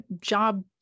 job